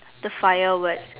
the fire word